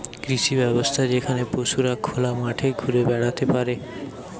কৃষি ব্যবস্থা যেখানে পশুরা খোলা মাঠে ঘুরে বেড়াতে পারে